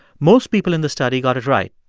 most people in the study got it right.